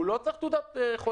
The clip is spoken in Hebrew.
הוא לא צריך תעודת חולה.